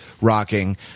rocking